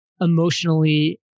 emotionally